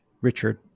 Richard